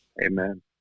amen